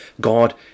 God